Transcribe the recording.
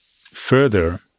further